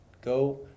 Go